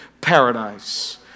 paradise